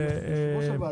היושב-ראש,